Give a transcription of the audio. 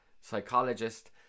psychologist